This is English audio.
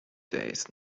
days